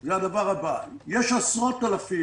את הדבר הבא: יש עשרות אלפי